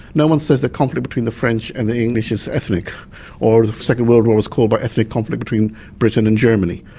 no one says the conflict between the french and the english is ethnic or the second world war was caused by ethnic conflict between britain and germany.